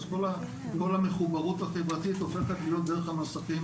אז כל המחוברות החברתית הופכת להיות דרך המסכים